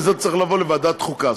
וזה צריך להגיע לוועדת החוקה.